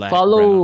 Follow